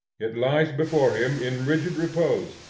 it lies before him in rigid repose,